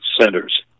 centers